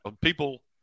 People